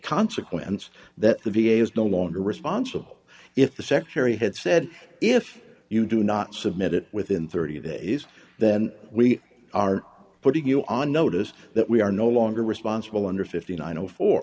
is no longer responsible if the secretary had said if you do not submit it within thirty days then we are putting you on notice that we are no longer responsible under fifteen i know for